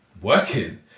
working